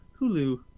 Hulu